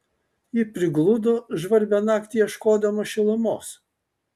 ji prigludo žvarbią naktį ieškodama šilumos